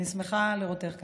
אני שמחה לראותך כאן,